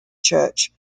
church